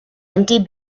empty